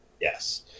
yes